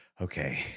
Okay